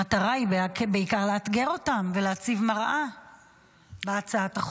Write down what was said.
המטרה היא בעיקר לאתגר אותם ולהציב מראה בהצעת החוק.